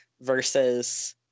versus